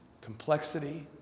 complexity